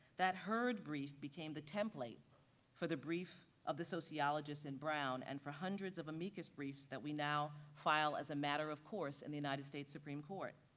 that hurd brief became the template for the brief of the sociologists in brown and for hundreds of amicus briefs that we now file as a matter of course in the united states supreme court.